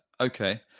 okay